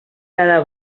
cada